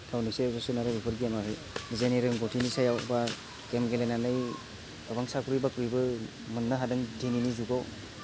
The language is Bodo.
गावनि सायावसो सोनारो बेफोर गेमआबो जेने रोंगौथिनि सायाव बा गेम गेलेनानै गोबां साख्रि बाख्रिबो मोननो हादों दिनैनि जुगाव